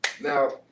Now